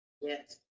Yes